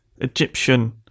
Egyptian